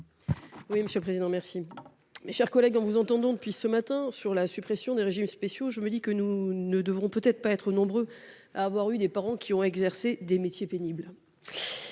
présenter l'amendement n° 2261. Mes chers collègues, en vous entendant, depuis ce matin, sur la suppression des régimes spéciaux, je me dis que nous ne devons pas être nombreux à avoir des parents ayant exercé des métiers pénibles.